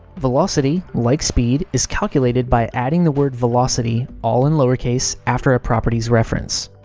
velocity, like speed, is calculated by adding the word velocity, all in lowercase, after a property's reference.